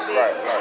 right